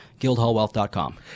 guildhallwealth.com